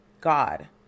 God